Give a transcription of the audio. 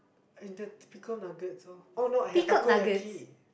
in that typical nuggets lor oh no I had Takoyaki